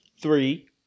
Three